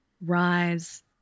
rise